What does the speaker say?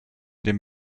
dem